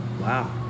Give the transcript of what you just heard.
Wow